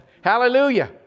Hallelujah